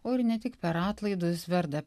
o ir ne tik per atlaidus verda